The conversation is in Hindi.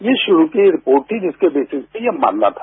ये शुरू की रिपोर्ट थी जिसके बेसिस पर ये मानना था